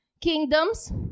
Kingdoms